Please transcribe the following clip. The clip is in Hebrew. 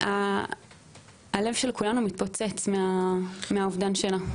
הלב של כולנו מתפוצץ מהאובדן שלה.